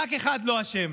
רק אחד לא אשם.